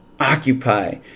occupy